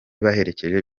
baherekeje